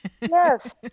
Yes